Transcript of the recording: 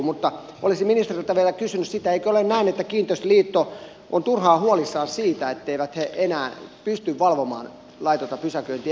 mutta olisin ministeriltä vielä kysynyt sitä eikö ole näin että kiinteistöliitto on turhaan huolissaan siitä etteivät he enää pysty valvomaan laitonta pysäköintiä